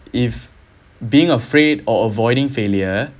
if being afraid or avoiding failure